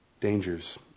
Dangers